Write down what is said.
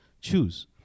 choose